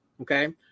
okay